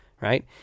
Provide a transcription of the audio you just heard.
Right